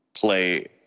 play